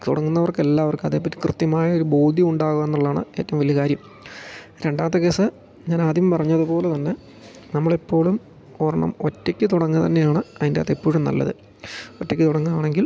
തുടങ്ങുന്നവർക്ക് എല്ലാവർക്കും അതേപ്പറ്റി കൃത്യമായ ഒരു ബോധ്യം ഉണ്ടാവും എന്നുള്ളതാണ് ഏറ്റവും വലിയ കാര്യം രണ്ടാമത്തെ കേസ് ഞാനാദ്യം പറഞ്ഞതുപോലെ തന്നെ നമ്മളെപ്പോഴും ഒരെണ്ണം ഒറ്റയ്ക്ക് തുടങ്ങുക തന്നെയാണ് അതിൻ്റെ അകത്തെപ്പോഴും നല്ലത് ഒറ്റയ്ക്ക് തുടങ്ങുകയാണെങ്കിൽ